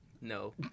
No